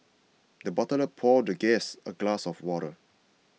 the butler poured the guest a glass of water